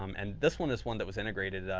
um and this one is one that was integrated.